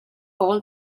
all